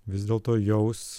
vis dėlto jaus